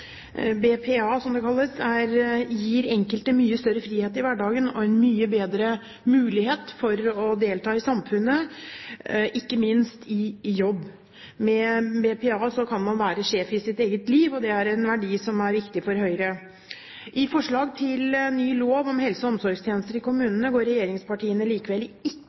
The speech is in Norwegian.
BPA, som det kalles, gir den enkelte mye større frihet i hverdagen og en mye bedre mulighet for å delta i samfunnet, og ikke minst til å jobbe. Med BPA kan man være sjef i sitt eget liv, og det er en verdi som er viktig for Høyre. I forslag til ny lov om helse- og omsorgstjenester i kommunene går regjeringspartiene likevel ikke